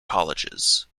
colleges